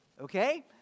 Okay